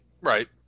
Right